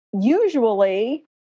Usually